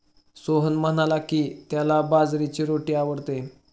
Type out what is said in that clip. सोहन म्हणाला की, त्याला बाजरीची रोटी आवडते